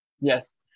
yes